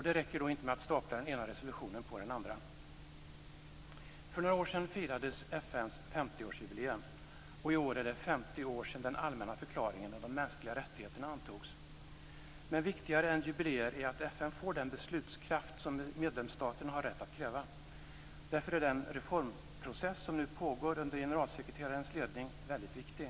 Det räcker då inte med att stapla den ena resolutionen på den andra. För några år sedan firades FN:s 50-årsjubileum, och i år är det 50 år sedan det den allmänna förklaringen om de mänskliga rättigheterna antogs. Men viktigare än jubileer är att FN får den beslutskraft som medlemsstaterna har rätt att kräva. Därför är den reformprocess som nu pågår under generalsekreterarens ledning väldigt viktig.